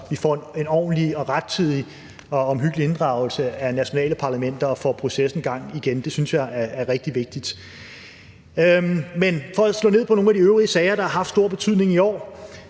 vi får en ordentlig og rettidig og omhyggelig inddragelse af de nationale parlamenter og igen får processen i gang. Det synes jeg er rigtig vigtigt. Så vil jeg slå ned på nogle af de øvrige sager, der har haft stor betydning i år.